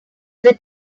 the